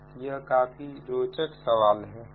तो यह काफी रोचक सवाल है